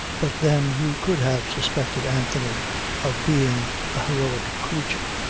but then who could have suspected anthony of being a heroic creature.